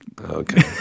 Okay